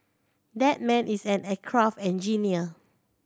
that man is an aircraft engineer